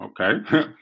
Okay